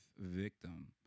victim